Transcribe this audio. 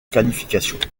qualifications